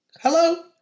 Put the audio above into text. Hello